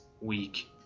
week